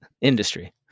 industry